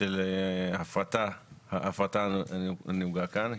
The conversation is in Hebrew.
של ההפרטה הנהוגה כאן,